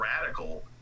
radical